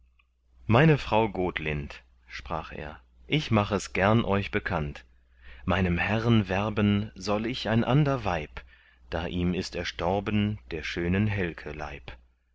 meine frau gotlind sprach er ich mach es gern euch bekannt meinem herren werben soll ich ein ander weib da ihm ist erstorben der schönen helke leib